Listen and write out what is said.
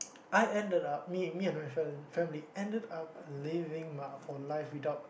I ended up me me and my friend family ended up living my whole life without